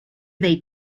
they